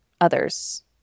others